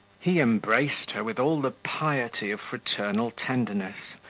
he embraced her with all the piety of fraternal tenderness,